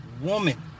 woman